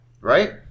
right